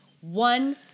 one